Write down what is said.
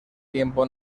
tiempo